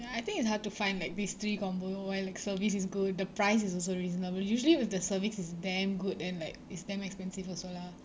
ya I think it's hard to find like these three combo while like service is good the price is also reasonable usually with the service it's damn good and like it's damn expensive also lah